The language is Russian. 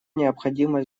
необходимо